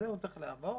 הוא צריך לבוא,